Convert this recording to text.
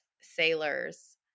sailors